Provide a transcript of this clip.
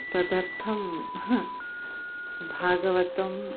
तदर्थं भागवतं